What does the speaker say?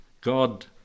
God